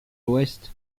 l’ouest